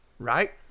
Right